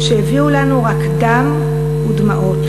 שהביאו לנו רק דם ודמעות.